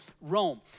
Rome